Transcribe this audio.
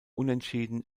unentschieden